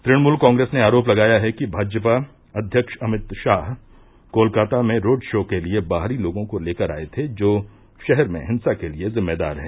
तुणमुल कांग्रेस ने आरोप लगाया है कि भाजपा अध्यक्ष अमित शाह कोलकाता में रोड शो के लिए बाहरी लोगों को लेकर आए थे जो शहर में हिंसा के लिए जिम्मेदार है